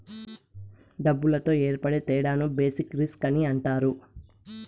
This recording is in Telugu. డబ్బులతో ఏర్పడే తేడాను బేసిక్ రిస్క్ అని అంటారు